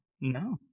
No